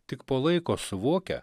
tik po laiko suvokia